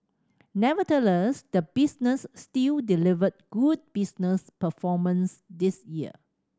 nevertheless the business still delivered good business performance this year